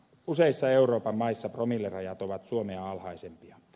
useissa euroopan maissa promillerajat ovat suomea alhaisempia